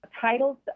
titles